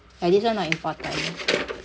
ya this one not important